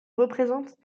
représente